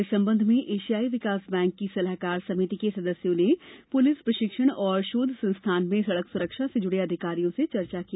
इस संबंध में एशियाई विकास बैंक की सलाहकार समिति के सदस्यों ने पुलिस प्रशिक्षण और शोध संस्थान में सड़क सुरक्षा से जुड़े अधिकारियों से चर्चा की